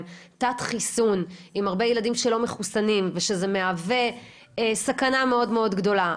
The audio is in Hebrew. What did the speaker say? תת חיסון עם הרבה ילדים שלא מחוסנים ושזה מהווה סכנה מאוד מאוד גדולה?